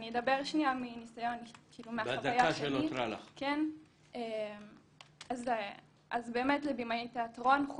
אני אדבר מהחוויה שלי, כבימאית תיאטרון.